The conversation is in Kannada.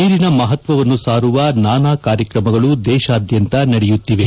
ನೀರಿನ ಮಹತ್ವವನ್ನು ಸಾರುವ ನಾನಾ ಕಾರ್ಯಕ್ರಮಗಳು ದೇಶಾದ್ದಂತ ನಡೆಯುತ್ತಿವೆ